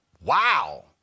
wow